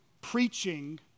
preaching